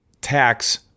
Tax